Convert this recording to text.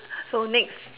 so next